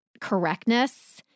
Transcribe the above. correctness